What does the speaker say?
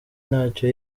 ntacyo